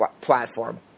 platform